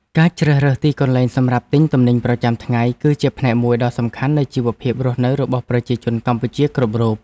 ការជ្រើសរើសទីកន្លែងសម្រាប់ទិញទំនិញប្រចាំថ្ងៃគឺជាផ្នែកមួយដ៏សំខាន់នៃជីវភាពរស់នៅរបស់ប្រជាជនកម្ពុជាគ្រប់រូប។